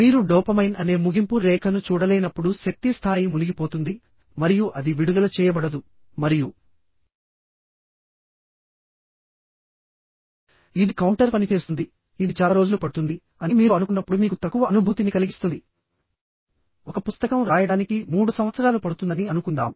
మీరు డోపమైన్ అనే ముగింపు రేఖను చూడలేనప్పుడు శక్తి స్థాయి మునిగిపోతుంది మరియు అది విడుదల చేయబడదు మరియు ఇది కౌంటర్ పని చేస్తుంది ఇది చాలా రోజులు పడుతుంది అని మీరు అనుకున్నప్పుడు మీకు తక్కువ అనుభూతిని కలిగిస్తుంది ఒక పుస్తకం రాయడానికి 3 సంవత్సరాలు పడుతుందని అనుకుందాం